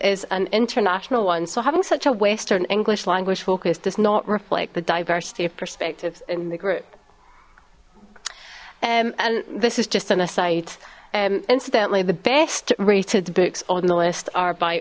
is an international one so having such a western english language focus does not reflect the diversity of perspectives in the group and this is just an aside and incidentally the best rated books on the list are by